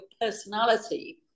personality